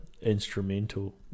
instrumental